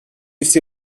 всі